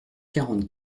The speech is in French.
quarante